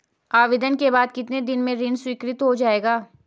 आवेदन के बाद कितने दिन में ऋण स्वीकृत हो जाएगा?